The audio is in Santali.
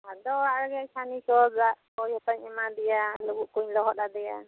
ᱟᱫᱚ ᱚᱲᱟᱜ ᱨᱮᱜᱮ ᱪᱷᱟᱱᱤ ᱠᱚ ᱫᱟᱜ ᱠᱚ ᱡᱚᱛᱚᱧ ᱮᱢᱫᱮᱭᱟ ᱞᱩᱵᱩᱜ ᱠᱚᱧ ᱞᱚᱦᱚᱫ ᱟᱫᱮᱭᱟ